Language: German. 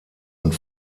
und